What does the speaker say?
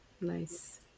Nice